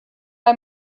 bei